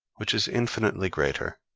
which is infinitely greater.